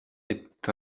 est